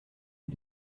mit